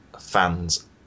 fans